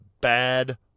Bad